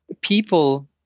people